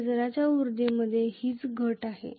क्षेत्राच्या उर्जेमध्ये हीच घट आहे